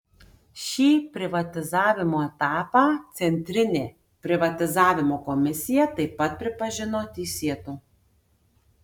šį privatizavimo etapą centrinė privatizavimo komisija taip pat pripažino teisėtu